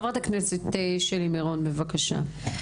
חברת הכנסת שלי מירון, בבקשה.